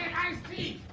ice t!